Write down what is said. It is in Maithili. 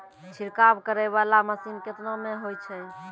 छिड़काव करै वाला मसीन केतना मे होय छै?